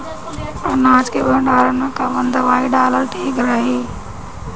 अनाज के भंडारन मैं कवन दवाई डालल ठीक रही?